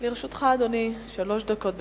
לרשותך, אדוני, שלוש דקות.